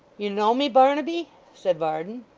you know me, barnaby said varden.